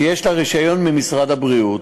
שיש לה רישיון ממשרד הבריאות.